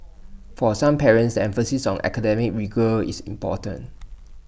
for some parents the emphasis on academic rigour is important